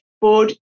board